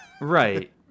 Right